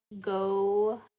go